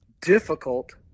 difficult